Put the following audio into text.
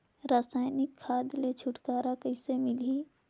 रसायनिक खाद ले छुटकारा कइसे मिलही?